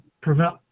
prevent